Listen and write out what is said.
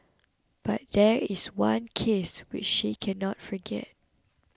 but there is one case which she cannot forget